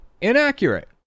inaccurate